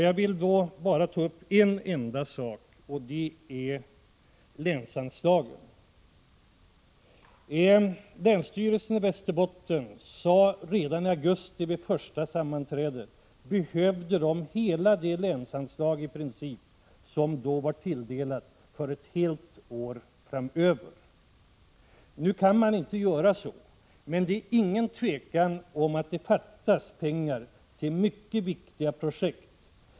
Jag vill i det sammanhanget bara ta upp en enda sak, och det är länsanslagen. Länsstyrelsen i Västerbottens län sade redan i augusti vid det första sammanträdet att den då i princip behövde hela det länsanslag som var tilldelat för ett helt år framåt. Nu kan man inte göra så. Men det råder inget tvivel om att det fattas pengar till mycket viktiga projekt.